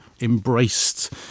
embraced